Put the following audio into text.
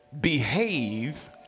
behave